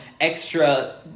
extra